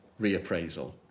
reappraisal